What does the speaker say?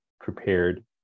prepared